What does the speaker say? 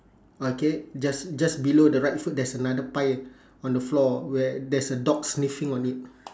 okay just just below the right foot there's another pie on the floor where there's a dog sniffing on it